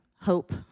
hope